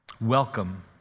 Welcome